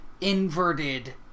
inverted